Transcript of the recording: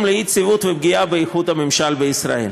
לאי-יציבות ולפגיעה באיכות הממשל בישראל.